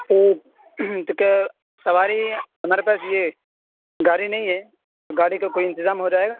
تو تو کیا سواری ہمارے پاس یہ گاڑی نہیں ہے گاڑی کا کوئی انتظام ہو جائے گا